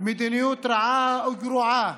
מדיניות רעה וגרועה,